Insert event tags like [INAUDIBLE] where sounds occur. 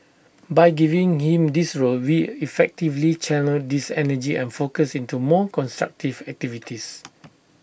by giving him this role we effectively channelled his energy and focus into more constructive activities [NOISE]